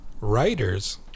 Writers